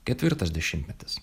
ketvirtas dešimtmetis